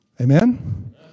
Amen